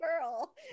girl